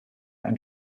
ein